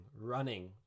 running